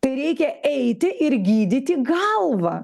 tai reikia eiti ir gydyti galvą